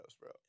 bro